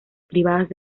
privadas